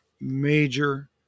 major